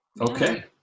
Okay